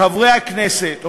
חברי הכנסת,